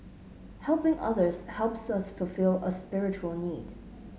helping others helps us fulfil a spiritual need